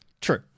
True